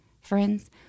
Friends